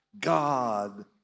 God